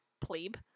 Plebe